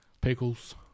pickles